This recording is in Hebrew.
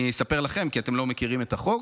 אני אספר לכם, כי אתם לא מכירים את החוק.